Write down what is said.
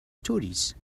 stories